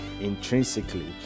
intrinsically